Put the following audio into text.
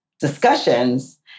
discussions